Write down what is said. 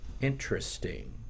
Interesting